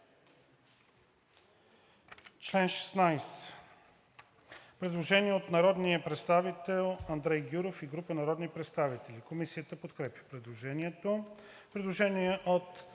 Предложение на народния представител Андрей Гюров и група народни представители. Комисията подкрепя предложението. Предложение на